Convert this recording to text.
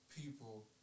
people